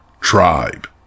tribe